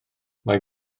mae